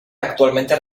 actualmente